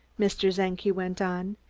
mr. czenki went on,